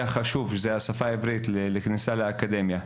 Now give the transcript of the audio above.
חשוב עבור אלה שרוצים להיכנס לאקדמיה.